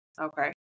Okay